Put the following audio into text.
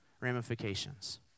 ramifications